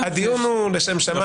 הדיון הוא לשם שמיים.